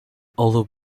although